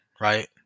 right